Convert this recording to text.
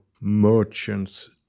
merchants